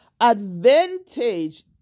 advantage